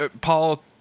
Paul